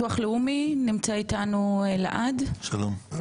נמצא איתנו חנן מביטוח לאומי, שלום לך.